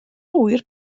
ŵyr